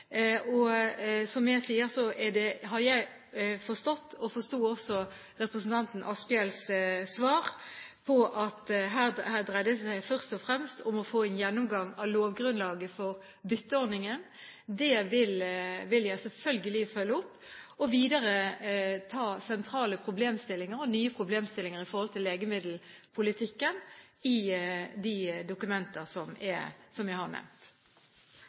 gammel. Som jeg sa, forsto jeg representanten Asphjells svar slik at her dreier det seg først og fremst om å få en gjennomgang av lovgrunnlaget for bytteordningen. Det vil jeg selvfølgelig følge opp og videre ta med sentrale problemstillinger og nye problemstillinger i forhold til legemiddelpolitikken i de dokumenter som jeg har nevnt.